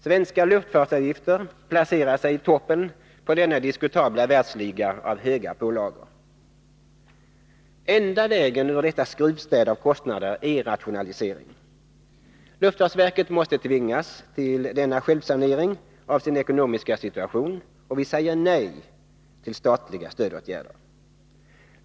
Svenska luftfartsavgifter placerar sig i toppen på denna diskutabla världsliga av höga pålagor. Enda vägen ur detta skruvstäd av kostnader är rationalisering. Luftfartsverket måste tvingas till denna självsanering av sin ekonomiska situation, och vi säger nej till statliga stödåtgärder.